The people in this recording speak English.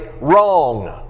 wrong